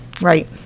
right